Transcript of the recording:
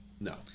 No